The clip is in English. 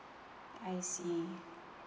I see